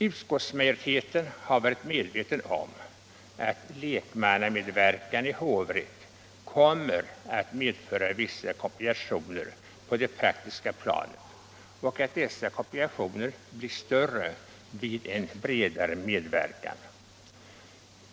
Utskottsmajoriteten har varit medveten om att lekmannamedverkan i hovrätt kommer att medföra vissa komplikationer på det praktiska planet och att dessa komplikationer blir större vid en bredare lekmannamedverkan.